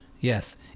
Yes